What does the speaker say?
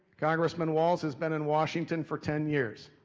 congressman walz, has been in washington for ten years.